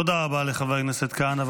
תודה רבה לחבר הכנסת כהנא.